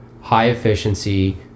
high-efficiency